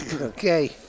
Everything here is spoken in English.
Okay